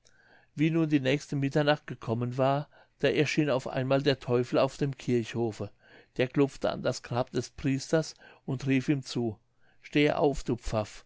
wie nun die nächste mitternacht gekommen war da erschien auf einmal der teufel auf dem kirchhofe der klopfte an das grab des priesters und rief ihm zu stehe auf